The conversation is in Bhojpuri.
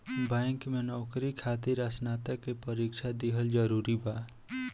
बैंक में नौकरी खातिर स्नातक के परीक्षा दिहल जरूरी बा?